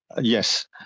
Yes